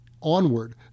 onward